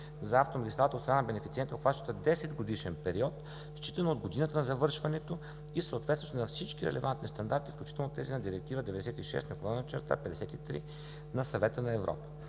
за автомагистралата от страна на бенефициента, обхващаща 10 годишен период, считано от година на завършването и съответстваща на всички релевантни стандарти, включително тези на Директива 96/53 на Съвета на Европа.